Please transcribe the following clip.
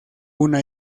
una